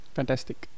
Fantastic